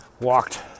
walked